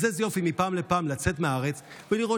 אז איזה יופי מפעם לפעם לצאת מהארץ ולראות